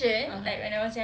(uh huh)